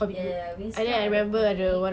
ya ya winx club ada comic